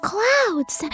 Clouds